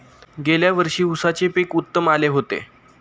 गेल्या वर्षी उसाचे पीक उत्तम आले होते